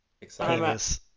Exciting